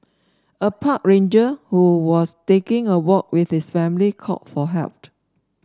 a park ranger who was taking a walk with his family called for helped